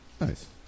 Nice